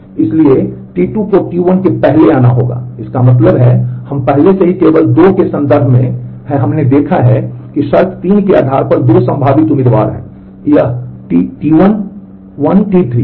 इसलिए T2 को T1 से पहले आना होगा इसका मतलब है हम पहले से ही केवल 2 के संदर्भ में हैं हमने देखा है कि शर्त 3 के आधार पर दो संभावित उम्मीदवार हैं यह T T1 1 T3 है